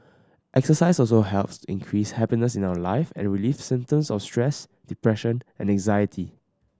exercise also helps increase happiness in our life and relieve symptoms of stress depression and anxiety